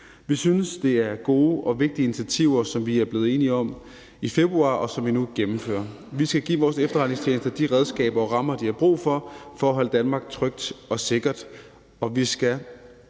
Vi synes, det er gode og vigtige initiativer, som vi er blevet enige om i februar, og som vi nu gennemfører. Vi skal give vores efterretningstjenester de redskaber og rammer, de har brug for for at holde Danmark trygt og sikkert,